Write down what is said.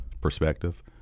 perspective